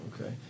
Okay